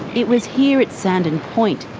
it was here at sandon point,